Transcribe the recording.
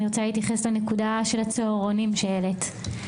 רוצה להתייחס לנקודה של הצהרונים שהעלית.